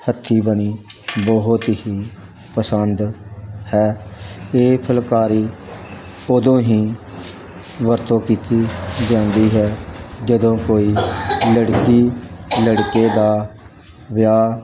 ਹੱਥੀਂ ਬਣੀ ਬਹੁਤ ਹੀ ਪਸੰਦ ਹੈ ਇਹ ਫੁਲਕਾਰੀ ਉਦੋੋਂ ਹੀ ਵਰਤੋਂ ਕੀਤੀ ਜਾਂਦੀ ਹੈ ਜਦੋਂ ਕੋਈ ਲੜਕੀ ਲੜਕੇ ਦਾ ਵਿਆਹ